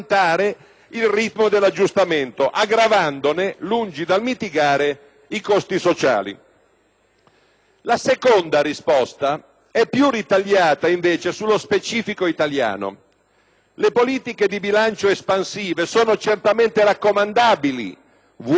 La seconda risposta è più ritagliata invece sullo specifico italiano: le politiche di bilancio espansive sono certamente raccomandabili - vuole questo orientamento anche di tipo teorico - quando si tratta di contrastare una forte recessione,